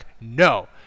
no